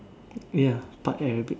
ya part Arabic